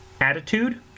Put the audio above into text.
attitude